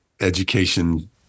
education